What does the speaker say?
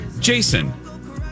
Jason